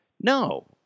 No